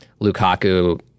Lukaku